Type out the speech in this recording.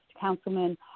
Councilman